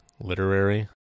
Literary